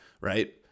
right